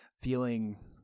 feeling